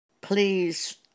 Please